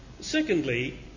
secondly